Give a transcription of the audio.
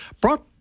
brought